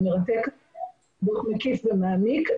המרתק ומעמיק.